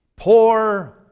poor